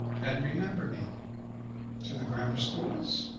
and remember me to the grammar schools,